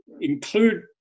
include